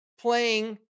playing